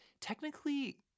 technically